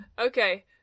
Okay